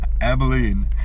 Abilene